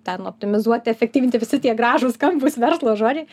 ten optimizuoti efektyvinti visi tie gražūs skambūs verslo žodžiai